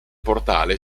portale